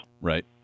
Right